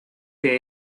que